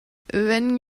wenn